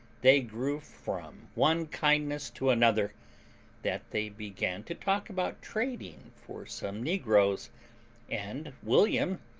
they grew from one kindness to another that they began to talk about trading for some negroes and william,